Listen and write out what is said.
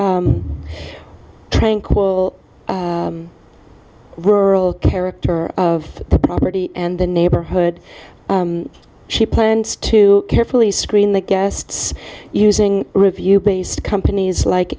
tranquil rural character of the property and the neighborhood she plans to carefully screen the guests using revue based companies like